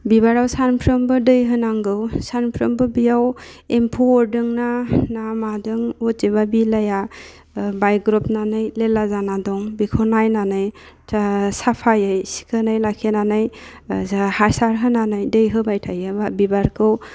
बिबाराव सानफ्रोमबो दै होनांगौ सानफ्रोमबो बियाव एम्फौ अरदोंना ना मादों उथिबा बिलाइया ओह बायग्रबनानै लेला जाना दं बेखौ नायनानै थोह साफायै सिखोनै लाखिनानै ओह जोहा हासार होनानै दै होबाय थायो बिबारखौ